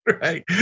right